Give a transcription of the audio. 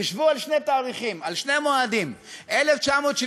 חשבו על שני תאריכים, על שני מועדים: 1974,